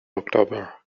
october